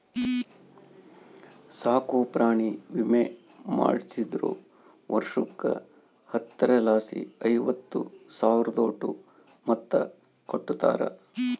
ಸಾಕುಪ್ರಾಣಿ ವಿಮೆ ಮಾಡಿಸ್ದೋರು ವರ್ಷುಕ್ಕ ಹತ್ತರಲಾಸಿ ಐವತ್ತು ಸಾವ್ರುದೋಟು ಮೊತ್ತ ಕಟ್ಟುತಾರ